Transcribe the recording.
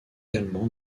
également